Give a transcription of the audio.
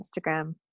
instagram